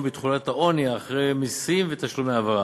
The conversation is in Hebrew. ובתחולת העוני אחרי מסים ותשלומי העברה.